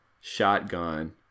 shotgun